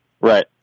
Right